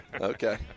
Okay